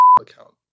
account